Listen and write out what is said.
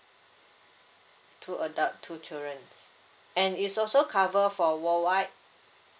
two adult two children and it's also cover for worldwide